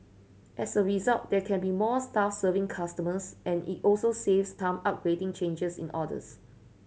as a result there can be more staff serving customers and it also saves time updating changes in orders